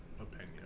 opinion